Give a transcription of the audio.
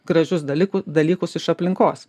gražius dalyk dalykus iš aplinkos